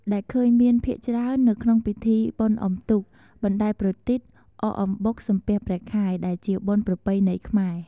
ដែលឃើញមានភាគច្រើននៅក្នុងពិធីបុណ្យអ៊ុំទូក បណ្តែតប្រទីប អក់អំបុកសំពះព្រះខែដែលជាបុណ្យប្រពៃណីខ្មែរ។